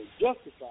justified